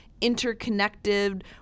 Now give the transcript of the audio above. interconnected